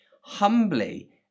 humbly